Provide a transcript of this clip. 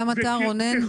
גם אתה רונן,